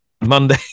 Monday